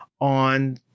on